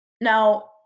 Now